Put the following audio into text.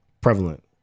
prevalent